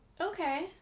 Okay